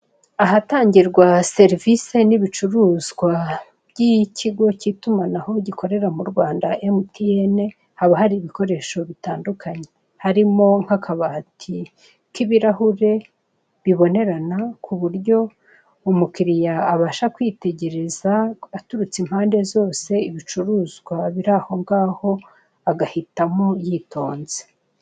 Ahantangirwa serivise n'ibicuruzwa by'ikigo K'itumanaho gikorera mu Rwanda emutiyene Haba hari ibikoresho bitandukanye harimo nk'akabati k'ibirahure bibonerana, kuburyo umukiriya abasha kwitegereza, aturutse impande zose, ibicuruzwa biri aho ngaho agahitamo yitonze.